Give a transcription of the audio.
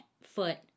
foot